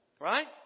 right